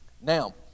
Now